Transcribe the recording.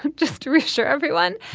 um just research everyone.